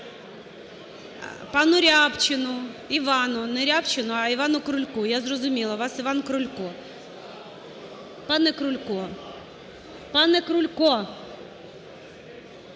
пану Рябчину. Івану. Не Рябчину, а Івану Крульку, я зрозуміла вас. Іван Крулько. Пане Крулько, пане Крулько.